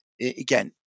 again